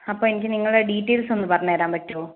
അപ്പോൾ എനിക്ക് നിങ്ങളുടെ ഡീറ്റെയിൽസ് ഒന്ന് പറഞ്ഞ് തരാൻ പറ്റുമോ